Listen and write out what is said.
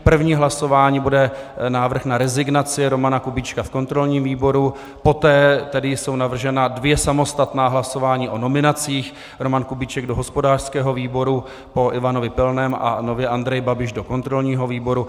První hlasování bude návrh na rezignaci Romana Kubíčka v kontrolním výboru, poté jsou navržena dvě samostatná hlasování o nominacích: Roman Kubíček do hospodářského výboru po Ivanu Pilném a nově Andrej Babiš do kontrolního výboru.